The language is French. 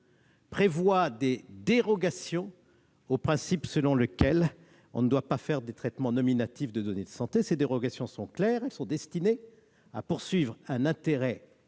prévoit des dérogations au principe selon lequel on ne doit pas procéder à des traitements nominatifs de données de santé, des dérogations claires et destinées à servir un intérêt majeur